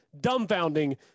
dumbfounding